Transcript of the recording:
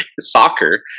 soccer